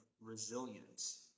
resilience